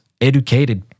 educated